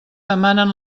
demanen